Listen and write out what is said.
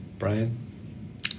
Brian